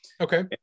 Okay